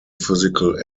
physical